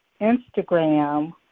Instagram